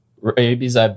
Rabies